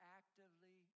actively